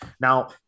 Now